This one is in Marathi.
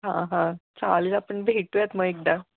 हां हां चालेल आपण भेटूयात मग एकदा